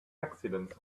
accidents